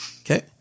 okay